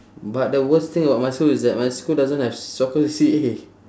but the worst thing about my school is that my school doesn't have soccer C_C_A